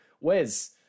Wes